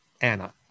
Anna